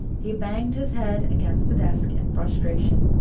he banged his head against the desk in frustration.